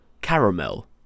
Caramel